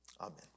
Amen